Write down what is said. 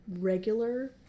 regular